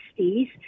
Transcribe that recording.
60s